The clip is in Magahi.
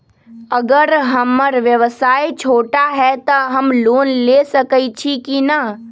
अगर हमर व्यवसाय छोटा है त हम लोन ले सकईछी की न?